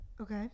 okay